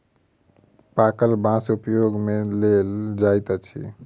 पाकल बाँस उपयोग मे लेल जाइत अछि